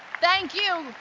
thank you,